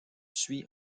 suit